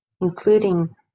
including